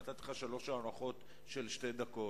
נתתי לך שלוש הארכות של שתי דקות.